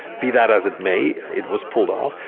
be that as it may, it was pulled off.